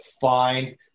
find